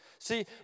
See